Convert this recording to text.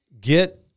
get